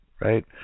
right